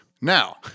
Now